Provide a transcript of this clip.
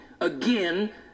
again